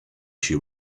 she